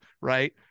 Right